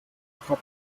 papua